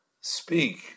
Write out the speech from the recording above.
speak